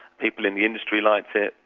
people in the industry liked it,